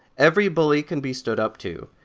every bully can be stood up to.